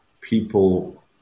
people